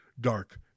dark